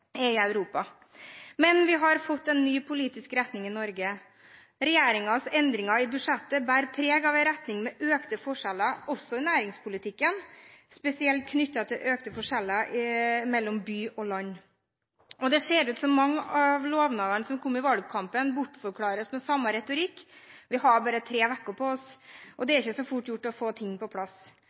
Men vi har fått en ny politisk retning i Norge. Regjeringens endringer i budsjettet bærer preg av en retning med økte forskjeller, også i næringspolitikken, spesielt knyttet til økte forskjeller mellom by og land, og det ser ut som mange av lovnadene som kom i valgkampen, bortforklares med samme retorikk: Vi har bare hatt tre uker på oss, og det er ikke så fort gjort å få ting på plass.